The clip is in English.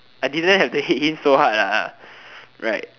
I didn't have to hate him so hard lah ah right